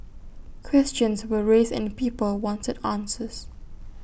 questions were raised and people wanted answers